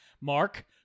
Mark